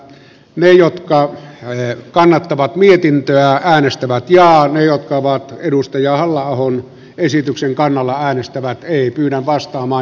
me jotka venäjä kannattava mietintö ja äänestivät tilaa on kannatan edustaja halla ahon esityksen kannalla hän ystävä ei kyllä vastaa esitystä